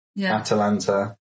Atalanta